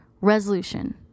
Resolution